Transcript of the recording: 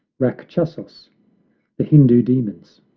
rackchasos the hindoo demons.